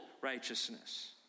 righteousness